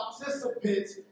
participants